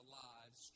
lives